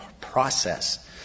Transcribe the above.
process